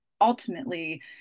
Ultimately